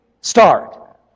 start